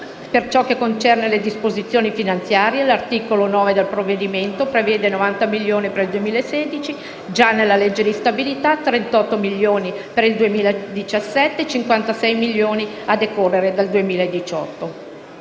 Per ciò che concerne le disposizioni finanziarie, l'articolo 9 del provvedimento prevede 90 milioni per il 2016 (già previsti nella legge di stabilità), 38 milioni per il 2017 e 56 milioni a decorrere dal 2018.